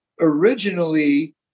originally